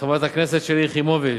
חברת הכנסת שלי יחימוביץ,